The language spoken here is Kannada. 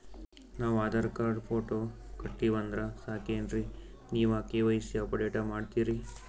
ನಾವು ಆಧಾರ ಕಾರ್ಡ, ಫೋಟೊ ಕೊಟ್ಟೀವಂದ್ರ ಸಾಕೇನ್ರಿ ನೀವ ಕೆ.ವೈ.ಸಿ ಅಪಡೇಟ ಮಾಡ್ತೀರಿ?